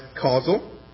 causal